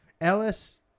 Ellis